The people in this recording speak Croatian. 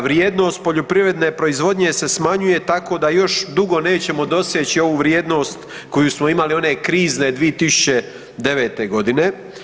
Vrijednost poljoprivredne proizvodnje se smanjuje tako da još dugo nećemo doseći ovu vrijednost koju smo imali one krizne 2009. godine.